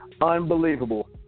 Unbelievable